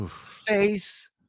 face